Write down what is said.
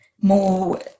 more